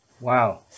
Wow